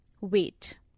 Weight